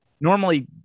normally